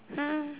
hmm